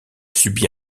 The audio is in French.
subit